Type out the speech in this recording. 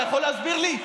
אתה יכול להסביר לי?